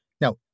Now